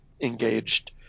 engaged